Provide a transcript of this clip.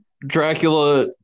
Dracula